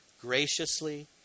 graciously